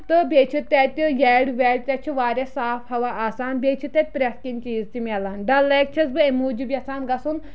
تہٕ بیٚیہِ چھِ تَتہِ ییڈ ویڈ تَتہِ چھُ واریاہ صاف ہوا آسان بیٚیہِ چھِ تَتہِ پرٛتھ کیٚنٛہہ چیٖز تہِ میلان ڈَل لیک چھَس بہٕ اَمہِ موٗجوٗب یَژھان گژھُن